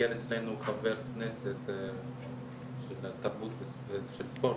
ביקר אצלנו חבר כנסת של התעמלות של ספורט.